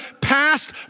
past